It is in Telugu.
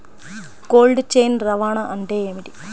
కోల్డ్ చైన్ రవాణా అంటే ఏమిటీ?